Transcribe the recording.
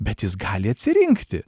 bet jis gali atsirinkti